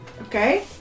Okay